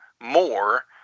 more